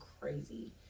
crazy